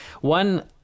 one